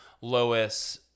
Lois